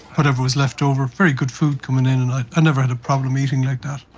whatever was left over, very good food coming in, and i never had a problem eating like that.